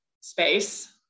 space